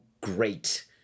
great